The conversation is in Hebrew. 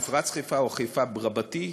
מפרץ-חיפה או חיפה רבתי,